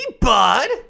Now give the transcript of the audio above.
bud